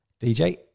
DJ